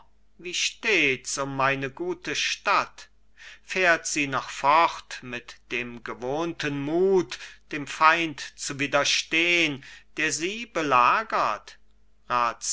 wie stehts um meine gute stadt fährt sie noch fort mit dem gewohnten mut dem feind zu widerstehn der sie belagert